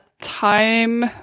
time